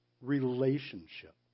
Relationship